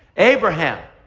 abraham.